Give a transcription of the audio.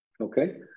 okay